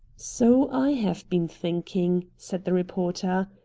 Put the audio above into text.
so i have been thinking, said the reporter.